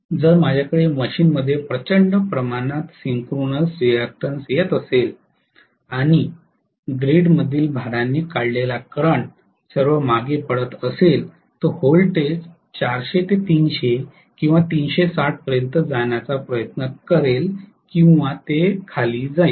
जर माझ्याकडे मशीनमध्ये प्रचंड प्रमाणात सिंक्रोनस रिअॅक्टन्स येत असेल आणि ग्रीडमधील भारांनी काढलेला करंट सर्व मागे पडत असेल तर व्होल्टेज 400 ते 300 किंवा 360 पर्यंत जाण्याचा प्रयत्न करेल किंवा ते खाली जाईल